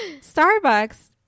Starbucks